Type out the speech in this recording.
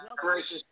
gracious